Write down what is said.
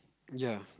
ya